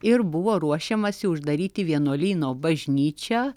ir buvo ruošiamasi uždaryti vienuolyno bažnyčią